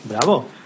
Bravo